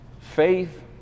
faith